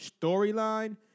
storyline